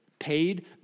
Paid